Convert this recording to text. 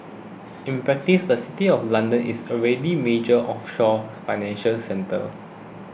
in practice the City of London is already major offshore financial centre